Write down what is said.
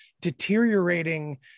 deteriorating